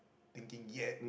thinking yet